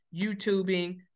YouTubing